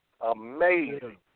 Amazing